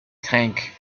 tank